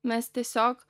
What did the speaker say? mes tiesiog